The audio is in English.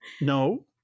no